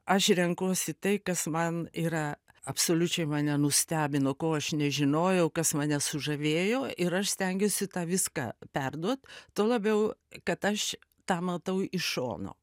aš renkuosi tai kas man yra absoliučiai mane nustebino ko aš nežinojau kas mane sužavėjo ir aš stengiuosi tą viską perduot tuo labiau kad aš tą matau iš šono